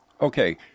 Okay